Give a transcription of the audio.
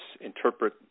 interpret